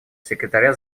секретаря